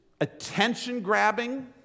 attention-grabbing